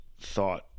thought